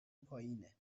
پایینه